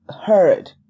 heard